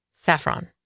saffron